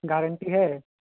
guarantee है